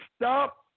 stop